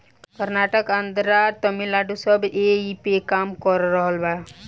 कर्नाटक, आन्द्रा, तमिलनाडू सब ऐइपे काम कर रहल बा